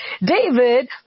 David